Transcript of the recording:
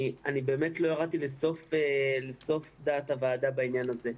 אני באמת לא ירדתי לסוף דעת הוועדה בעניין הזה.